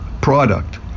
product